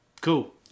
Cool